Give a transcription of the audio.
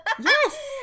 Yes